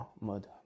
mode